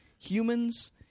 humans